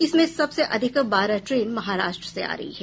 इसमें सबसे अधिक बारह ट्रेन महाराष्ट्र से आ रही है